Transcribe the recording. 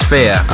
Fear